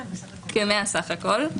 בסך הכול.